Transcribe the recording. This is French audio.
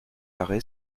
larrey